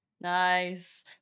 nice